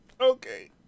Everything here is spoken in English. Okay